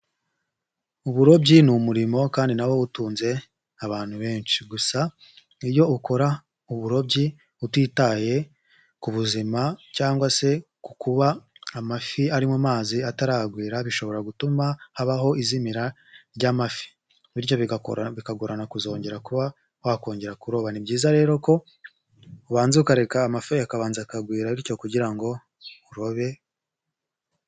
Uburobyi ni umurimo kandi nawo utunze abantu benshi. Gusa iyo ukora uburobyi utitaye ku buzima cyangwa se ku kuba amafi ari mu mazi ataragwira bishobora gutuma habaho izimira ry'amafi, bityo bigakora bikagorana kuzongera kuba wakongera kuroba. Ni byiza rero ko ubanza ukareka amafi akabanza akagwira bityo kugira ngo urobe...